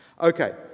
Okay